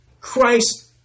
Christ